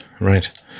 right